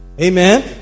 Amen